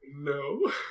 No